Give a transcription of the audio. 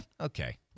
okay